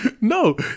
no